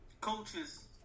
coaches